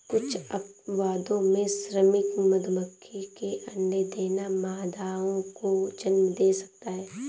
कुछ अपवादों में, श्रमिक मधुमक्खी के अंडे देना मादाओं को जन्म दे सकता है